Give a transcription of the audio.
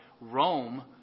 Rome